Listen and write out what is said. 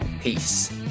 Peace